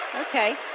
Okay